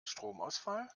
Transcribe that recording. stromausfall